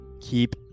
keep